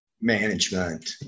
management